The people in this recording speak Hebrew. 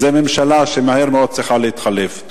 זו ממשלה שמהר מאוד צריכה להתחלף.